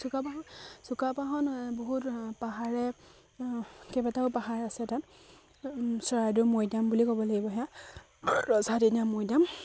চুকা পাহন চুকা পাহন বহুত পাহাৰে কেইবাটাও পাহাৰ আছে তাত চৰাইদেউ মৈদাম বুলি ক'ব লাগিব সেয়া ৰজাদিনীয়া মৈদাম